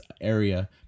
area